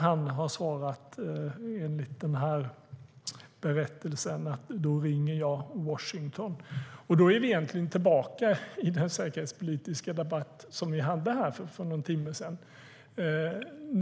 Han lär enligt berättelsen ha svarat: Då ringer jag Washington.Då är vi egentligen tillbaka i den säkerhetspolitiska debatt som vi hade här för någon timme sedan.